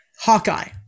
Hawkeye